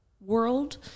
world